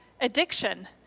addiction